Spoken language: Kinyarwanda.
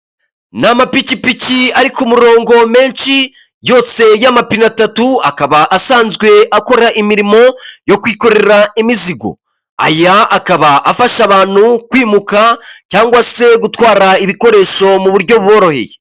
Ni amapikipiki ari ku murongo menshi, yose y'amapine atatu akaba asanzwe akora imirimo yo kwikorera imizigo. ya akaba afasha abantu kwimuka cyangwa se gutwara ibikoresho mu buryo buboroheye.